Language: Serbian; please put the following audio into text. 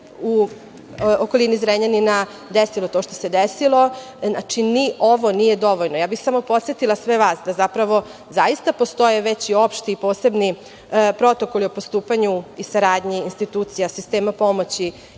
u okolini Zrenjanina desilo to što se desilo. Ni ovo nije dovoljno. Ja bih samo podsetila sve vas da zapravo zaista postoje već i opšti i posebni protokoli o postupanju i saradnji institucija sistema pomoći